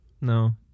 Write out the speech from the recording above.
No